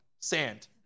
sand